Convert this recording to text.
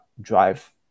drive